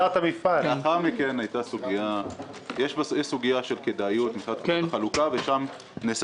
לאחר מכן יש סוגיה של כדאיות מבחינת החלוקה ושם נעשה